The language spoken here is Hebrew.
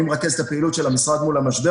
אני מרכז את הפעילות של המשרד מול המשבר